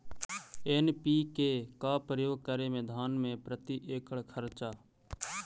NPK का प्रयोग करे मे धान मे प्रती एकड़ खर्चा?